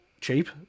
cheap